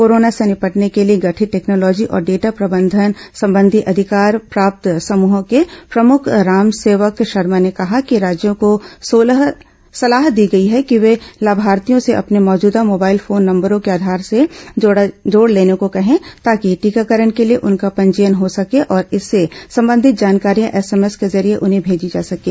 corona से निपटने के लिए गठित टेक्नॉलोजी और डेटा प्रबंधन संबंधी अधिकार प्राप्त समूहों के प्रमुख रामसेवक शर्मा ने कहा कि राज्यों को सलाह दी गयी है कि वे लाभार्थियों से अपने मौजूदा मोबाइल फोन नम्बरों को आधार से जोड़ लेने को कहें ताकि टीकाकरण के लिए उनका पंजीयन हो सके और इससे संबंधित जानकारियां एसएमएस के जरिये उन्हें मेजी जा सकें